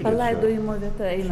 palaidojimo vieta einam